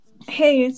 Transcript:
Hey